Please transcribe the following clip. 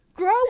Grow